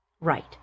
Right